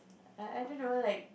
err I don't know like